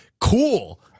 cool